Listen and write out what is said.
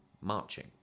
marching